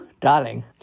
Darling